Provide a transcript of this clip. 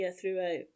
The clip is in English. throughout